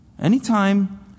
Anytime